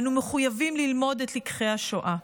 אנו מחויבים ללמוד את לקחי השואה.